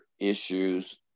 issues